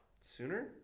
sooner